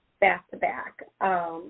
back-to-back